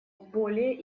более